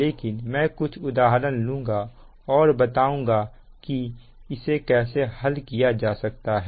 लेकिन मैं कुछ उदाहरण लूंगा और बताऊंगा कि इसे कैसे हल किया जाता है